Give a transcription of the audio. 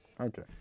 Okay